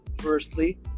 Firstly